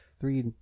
Three